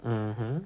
mmhmm